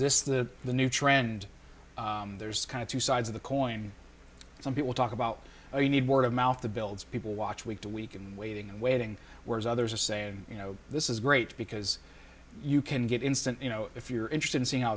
this the the new trend there's kind of two sides of the coin some people talk about how you need word of mouth the builds people watch week to week and waiting and waiting whereas others are saying you know this is great because you can get instant you know if you're interested in seeing how